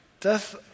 death